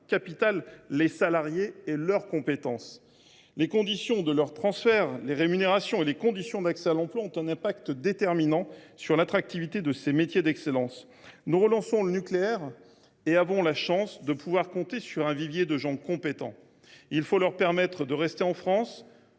évoqué les salariés et leurs compétences. Les conditions du transfert des salariés, leur rémunération et les conditions d’accès à l’emploi ont un impact déterminant sur l’attractivité de ces métiers d’excellence. Nous relançons le nucléaire et avons la chance de pouvoir compter sur un vivier de personnes compétentes. Il faut leur permettre de rester en France